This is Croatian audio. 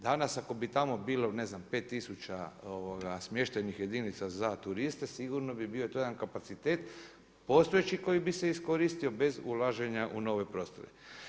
Danas ako bi tamo bilo ne znam pet tisuća smještajnih jedinica za turiste sigurno bi bio to jedan kapacitet postojeći koji bi se iskoristio bez ulaženja u nove prostore.